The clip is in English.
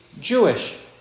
Jewish